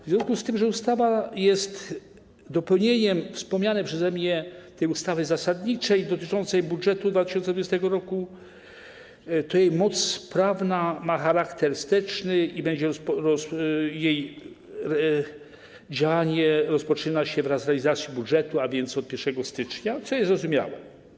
W związku z tym, że ustawa jest dopełnieniem wspomnianej przeze mnie ustawy zasadniczej dotyczącej budżetu na 2020 r., to jej moc prawna ma charakter wsteczny i jej działanie rozpoczyna się wraz z realizacją budżetu, a więc od 1 stycznia, co jest zrozumiałe.